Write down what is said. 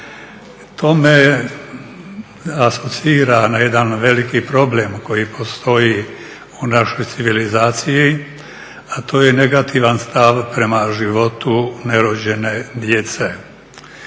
To me asocira na jedan veliki problem koji postoji u našoj civilizaciji, a to je negativan stav prema životu nerođene djece.